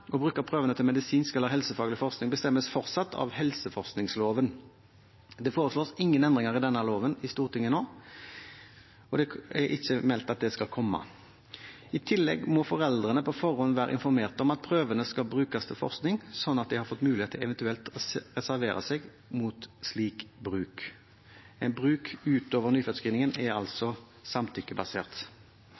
prøvene til medisinsk eller helsefaglig forskning, bestemmes fortsatt av helseforskningsloven. Det foreslås ingen endringer i denne loven i Stortinget nå, og det er ikke meldt at det skal komme. I tillegg må foreldrene på forhånd være informert om at prøvene skal brukes til forskning, slik at de får mulighet til eventuelt å reservere seg mot slik bruk. En bruk utover nyfødtscreeningen er altså samtykkebasert.